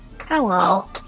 Hello